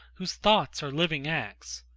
whose thoughts are living acts.